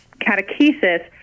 catechesis